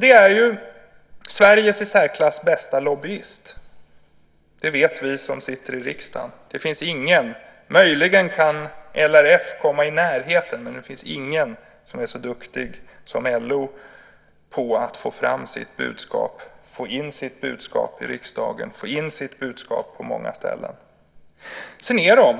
Det är ju Sveriges i särklass bästa lobbyist. Det vet vi som sitter i riksdagen. Möjligen kan LRF komma i närheten, men det finns ingen lobbyist som är så duktig som LO på att få in sitt budskap i riksdagen och på många andra ställen. Vidare är LO